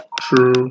True